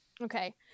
okay